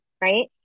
Right